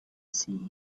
see